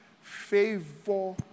favor